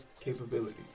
capability